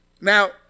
Now